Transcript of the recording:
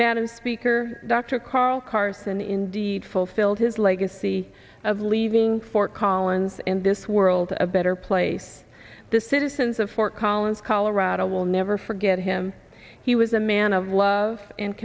madam speaker dr carl carson indeed fulfilled his legacy of leaving fort collins in this world a better place the citizens of fort collins colorado will never forget him he was a man of love and